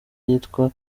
yitwa